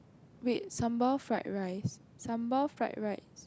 wait sambal fried rice sambal fried rice